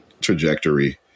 trajectory